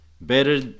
Better